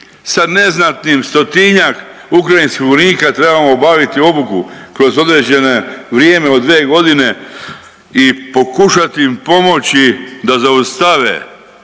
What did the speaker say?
sa neznatnim stotinjak ukrajinskih vojnika trebamo obaviti obuku kroz određene vrijeme od dvije godine i pokušati im pomoći da zaustave